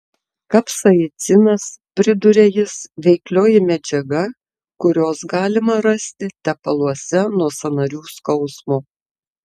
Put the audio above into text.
kapsaicinas priduria jis veiklioji medžiaga kurios galima rasti tepaluose nuo sąnarių skausmo